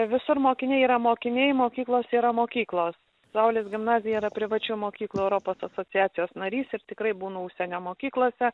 visur mokiniai yra mokiniai mokyklos yra mokyklos saulės gimnazija yra privačių mokyklų europos asociacijos narys ir tikrai būna užsienio mokyklose